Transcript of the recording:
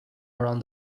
around